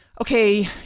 okay